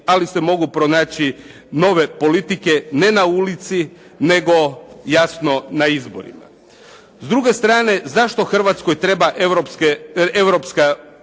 ali se mogu pronaći nove politike, ne na ulici, nego jasno na izborima. S druge strane zašto Hrvatskoj treba Europska unija?